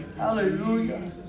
Hallelujah